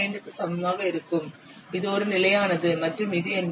5 க்கு சமமாக இருக்கும் இது ஒரு நிலையானது மற்றும் இது என்ன